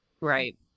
Right